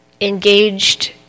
engaged